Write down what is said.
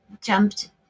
jumped